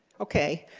okay,